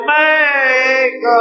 make